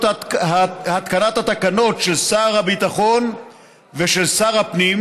התקנת התקנות של שר הביטחון ושל שר הפנים,